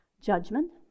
judgment